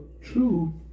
true